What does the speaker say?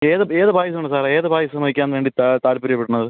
ഏത് ഏത് പായസം ആണ് സാറേ ഏത് പായസം ആണ് വയ്ക്കാൻ വേണ്ടിയിട്ടാണ് താല്പര്യപ്പെടുന്നത്